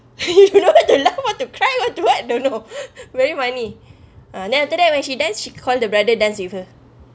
you know what to laugh what to cry what to what don't know very funny ah then after that when she dance she called the brother dance with her